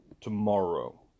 tomorrow